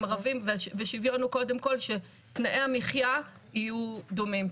ערבים ושוויון הוא קודם כל שתנאי המחייה יהיו דומים.